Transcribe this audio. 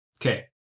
Okay